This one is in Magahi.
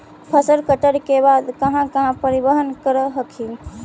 फसल कटल के बाद कहा कहा परिबहन कर हखिन?